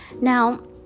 Now